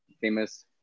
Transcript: famous